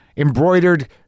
Embroidered